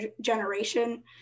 generation